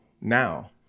now